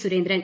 Surendran